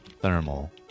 thermal